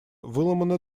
выломаны